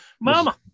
Mama